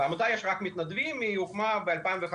בעמותה יש רק מתנדבים והיא הוקמה ב-2015.